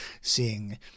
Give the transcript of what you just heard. seeing